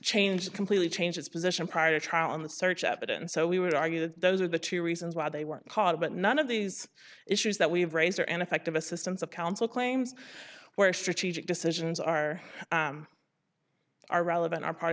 changed completely changed its position prior to trial in the search evidence so we would argue that those are the two reasons why they were called but none of these issues that we've raised are an effective assistance of counsel claims where strategic decisions are are relevant are part